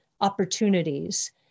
opportunities